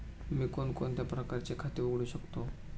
मी कोणकोणत्या प्रकारचे खाते उघडू शकतो?